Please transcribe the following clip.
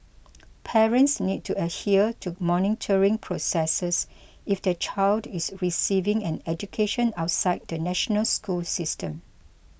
parents need to adhere to monitoring processes if their child is receiving an education outside the national school system